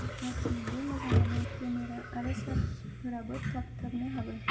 गासैबो मोजाङानो केमेरा आरो चार्जफोराबो थाब थाबनो हाबो